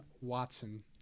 Watson